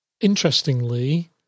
interestingly